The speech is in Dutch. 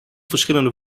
verschillende